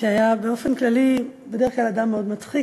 שהיה באופן כללי בדרך כלל אדם מאוד מצחיק,